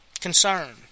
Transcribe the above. Concern